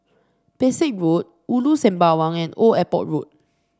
Pesek Road Ulu Sembawang and Old Airport Road